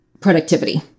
productivity